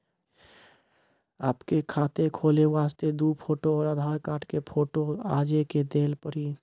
आपके खाते खोले वास्ते दु फोटो और आधार कार्ड के फोटो आजे के देल पड़ी?